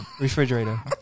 Refrigerator